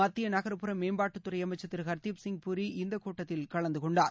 மத்திய நகர்புற மேம்பாட்டுத் துறை அமைச்சர் திரு ஹர்தீப் சிங் பூரி இந்தக் கூட்டத்தில் கலந்துகொண்டார்